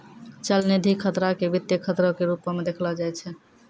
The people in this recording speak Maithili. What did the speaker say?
चलनिधि खतरा के वित्तीय खतरो के रुपो मे देखलो जाय छै